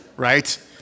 Right